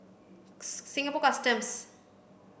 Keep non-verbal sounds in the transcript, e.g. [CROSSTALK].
[UNINTELLIGIBLE] Singapore Customs